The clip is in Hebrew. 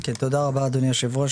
תודה רבה אדוני היו"ר,